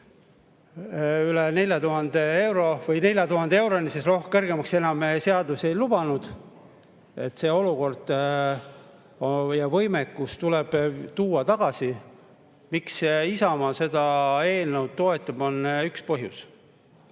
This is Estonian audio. üle 4000 euro või 4000 euroni, sest kõrgemaks enam seadus ei lubanud. See olukord ja võimekus tuleb tuua tagasi. Miks Isamaa seda eelnõu toetab? Selleks on üks põhjus: